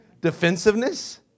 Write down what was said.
Defensiveness